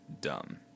dumb